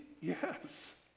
yes